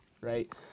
right